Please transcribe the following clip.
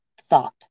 thought